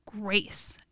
grace